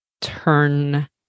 turn